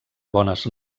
bones